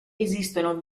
esistono